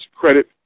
credit